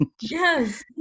yes